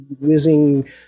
whizzing